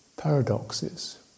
Paradoxes